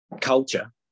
culture